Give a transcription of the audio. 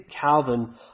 Calvin